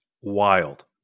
wild